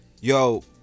yo